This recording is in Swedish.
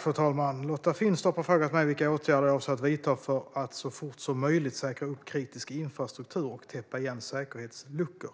Fru talman! Lotta Finstorp har frågat mig vilka åtgärder jag avser att vidta för att så fort som möjligt säkra upp kritisk infrastruktur och täppa igen säkerhetsluckor.